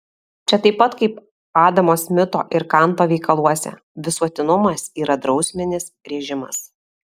čia taip pat kaip adamo smito ir kanto veikaluose visuotinumas yra drausminis režimas